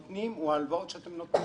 שאמרו: